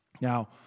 Now